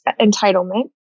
entitlement